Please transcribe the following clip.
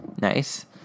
nice